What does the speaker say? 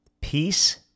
peace